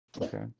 Okay